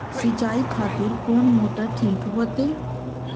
सीचाई खातिर कोन मोटर ठीक होते?